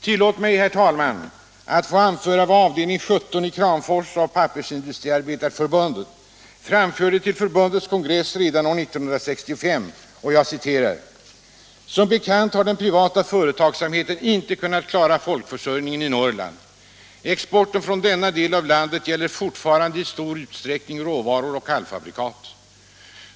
Tillåt mig, herr talman, att anföra vad avdelning 17 i Kramfors av Pappersindustriarbetareförbundet framförde till förbundets kongress redan år 1965: ”Som bekant har den privata företagsamheten inte kunnat klara folkförsörjningen i Norrland. Exporten från denna del av landet gäller fortfarande i stor utsträckning råvaror och halvfabrikat.